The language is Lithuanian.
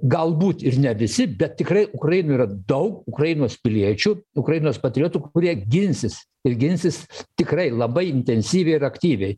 galbūt ir ne visi bet tikrai ukrainoj yra daug ukrainos piliečių ukrainos patriotų kurie ginsis ir ginsis tikrai labai intensyviai ir aktyviai